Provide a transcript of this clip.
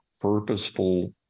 purposeful